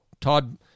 Todd